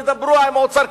תדברו עם האוצר,